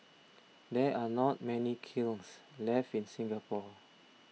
there are not many kilns left in Singapore